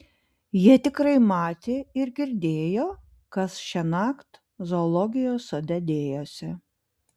jie tikrai matė ir girdėjo kas šiąnakt zoologijos sode dėjosi